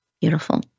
Beautiful